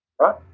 right